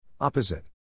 Opposite